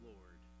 Lord